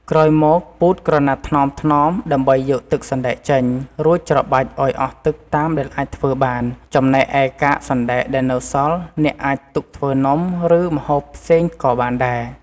ក្រោយមក ពូតក្រណាត់ថ្នមៗដើម្បីយកទឹកសណ្តែកចេញ រួចច្របាច់ឱ្យអស់ទឹកតាមដែលអាចធ្វើបាន ចំណែកឯកាកសណ្តែកដែលនៅសល់ អ្នកអាចទុកធ្វើនំ ឬម្ហូបផ្សេងក៏បានដែរ។